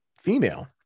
female